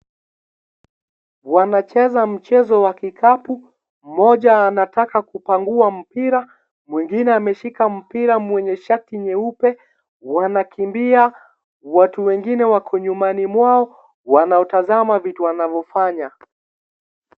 Wanacheza michezo wa kikapu moja anataka kupangua mpira mwengine ameshika mpira mwenye shati nyeupe. Wanakimbia watu wengine wako nyumani mwao wanatasama kitu wanaofanya.